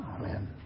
Amen